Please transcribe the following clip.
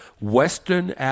Western